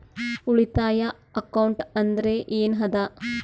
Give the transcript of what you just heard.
ಉಳಿತಾಯ ಅಕೌಂಟ್ ಅಂದ್ರೆ ಏನ್ ಅದ?